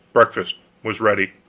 breakfast was ready.